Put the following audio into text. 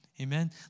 Amen